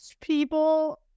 People